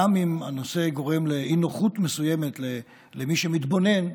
גם אם הנושא גורם לאי-נוחות מסוימת למי שמתבונן,